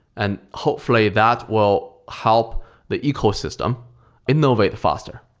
and hopefully that will help the ecosystem innovate faster.